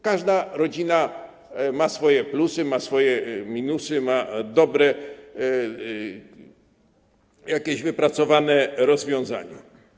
Każda rodzina ma swoje plusy, ma swoje minusy, ma jakieś dobre wypracowane rozwiązania.